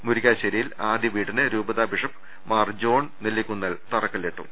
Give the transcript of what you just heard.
മുരിക്കാശ്ശേരിയിൽ ആദ്യ വീടിന് രൂപതാ ബിഷപ്പ് മാർ ജോൺ നെല്ലിക്കുന്നേൽ തറക്കല്ലിടും